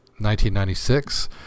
1996